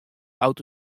auto